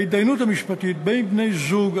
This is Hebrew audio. ההתדיינות המשפטית בין בני-זוג,